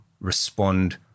respond